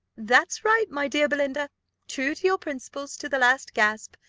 that's right, my dear belinda true to your principles to the last gasp.